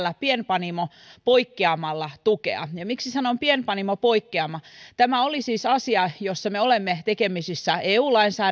pienpanimopoikkeamalla tukea ja miksi sanon pienpanimopoikkeama tämä oli siis asia jossa me olemme tekemisissä eu lainsäädännön